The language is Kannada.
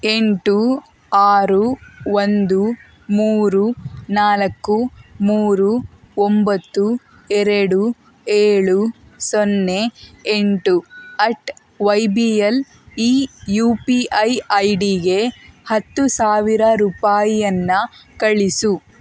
ಎಂಟು ಆರು ಒಂದು ಮೂರು ನಾಲ್ಕು ಮೂರು ಒಂಬತ್ತು ಎರಡು ಏಳು ಸೊನ್ನೆ ಎಂಟು ಅಟ್ ವೈ ಬಿ ಯಲ್ ಈ ಯು ಪಿ ಐ ಐ ಡಿಗೆ ಹತ್ತು ಸಾವಿರ ರೂಪಾಯಿಯನ್ನ ಕಳಿಸು